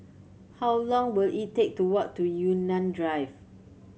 how long will it take to walk to Yunnan Drive